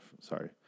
Sorry